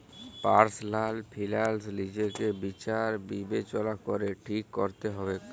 personal finance লিজেকে বিচার বিবেচলা ক্যরে ঠিক ক্যরতে হবেক